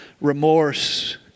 remorse